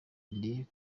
tugendeye